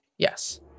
yes